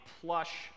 plush